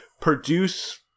produce